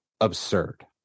absurd